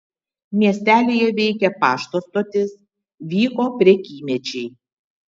miestelyje veikė pašto stotis vyko prekymečiai